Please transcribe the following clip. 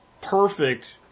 perfect